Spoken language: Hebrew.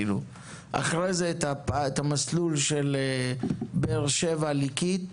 אחרי זה את המסלול של באר שבע-ליקית